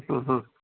हा हा